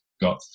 Got